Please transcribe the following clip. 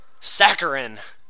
Saccharin